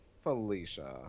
Felicia